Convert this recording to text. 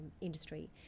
industry